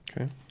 Okay